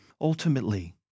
ultimately